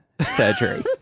surgery